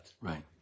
Right